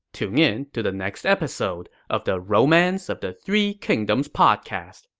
tune in to the next episode of the romance of the three kingdoms podcast.